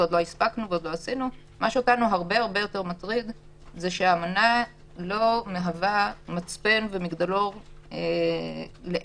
ועוד לא הספקנו ועוד לא עשינו שהאמנה לא מהווה מצפן ומגדלור לעיני